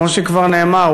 כמו שכבר נאמר,